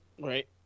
Right